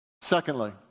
Secondly